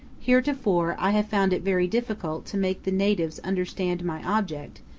heretofore i have found it very difficult to make the natives understand my object,